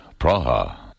Praha